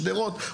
שדרות,